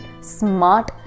smart